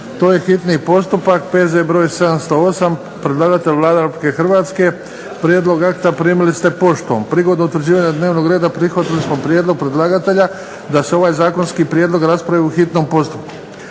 prvo i drugo čitanje, P.Z. br. 708 Predlagatelj je Vlada Republike Hrvatske. Prijedlog akta primili ste poštom. Prigodom utvrđivanja dnevnog reda prihvatili smo prijedlog predlagatelja da se ovaj zakonski prijedlog raspravi u hitnom postupku.